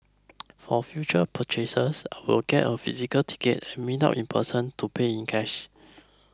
for future purchases I will get a physical ticket and meet up in person to pay in cash